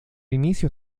inicio